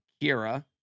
Kira